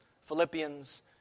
Philippians